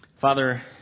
Father